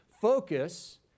focus